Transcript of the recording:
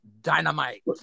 Dynamite